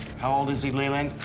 how old is he leland?